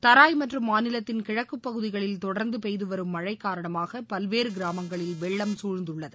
தராய் மற்றும் மாநிலத்தின் கிழக்குப் பகுதிகளில் தொடர்ந்து பெய்துவரும் மழை காரணமாக பல்வேறு கிராமங்களில் வெள்ளம் சூழ்ந்துள்ளது